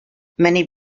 many